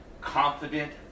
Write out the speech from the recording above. confident